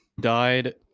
died